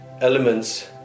elements